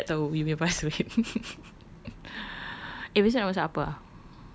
macam lah I tak tahu you punya password eh esok nak masak apa ah